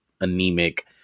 anemic